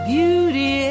Beauty